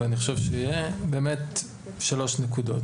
שלוש נקודות.